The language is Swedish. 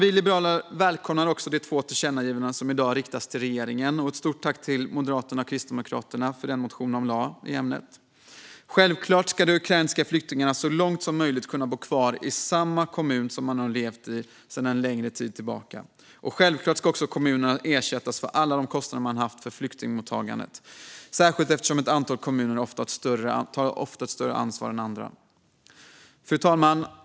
Vi liberaler välkomnar också de två tillkännagivanden som i dag riktas till regeringen. Jag vill framföra ett stort tack till Moderaterna och Kristdemokraterna för den motion de har väckt i ämnet. Självklart ska de ukrainska flyktingarna så långt som möjligt kunna bo kvar i samma kommun som de har levt i en längre tid. Självklart ska också kommuner ersättas för alla de kostnader de har haft för flyktingmottagandet, särskilt eftersom ett antal kommuner ofta tar ett större ansvar än andra. Fru talman!